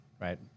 right